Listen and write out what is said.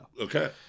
okay